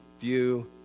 view